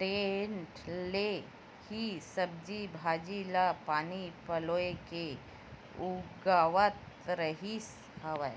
टेंड़ा ले ही सब्जी भांजी ल पानी पलोय के उगावत रिहिस हवय